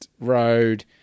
Road